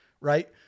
right